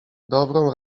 dobrą